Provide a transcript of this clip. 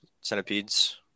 centipedes